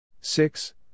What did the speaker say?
Six